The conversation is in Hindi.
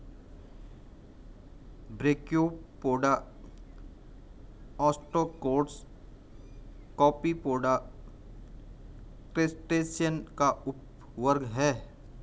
ब्रैकियोपोडा, ओस्ट्राकोड्स, कॉपीपोडा, क्रस्टेशियन का उपवर्ग है